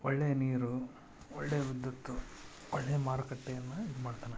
ಒಳ್ಳೆ ನೀರು ಒಳ್ಳೆ ವಿದ್ಯುತ್ ಒಳ್ಳೆ ಮಾರುಕಟ್ಟೆಯನ್ನು ಇದು ಮಾಡ್ತಾನೆ